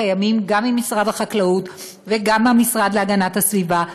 שקיימים גם ממשרד החקלאות וגם מהמשרד להגנת הסביבה,